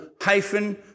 hyphen